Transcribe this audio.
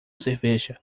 cerveja